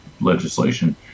legislation